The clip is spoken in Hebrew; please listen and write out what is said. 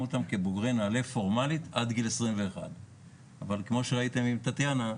אותם כבוגרי נעל"ה פורמלית עד גיל 21. כמו שראיתם עם טטיאנה,